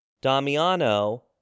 Damiano